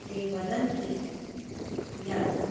ते वदन्ति यत्